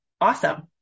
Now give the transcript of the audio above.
awesome